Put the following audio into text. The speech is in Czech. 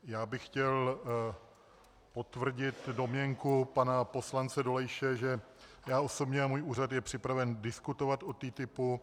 Já bych chtěl potvrdit domněnku pana poslance Dolejše, že já osobně a můj úřad jsme připraveni diskutovat o TTIP.